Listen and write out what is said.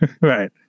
right